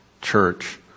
church